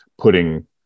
putting